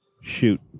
shoot